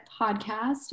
Podcast